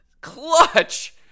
clutch